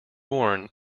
born